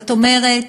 זאת אומרת,